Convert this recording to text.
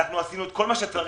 עשינו כל מה שצריך.